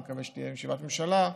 אני מקווה שתהיה ישיבת ממשלה,